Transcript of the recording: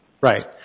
Right